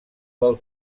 del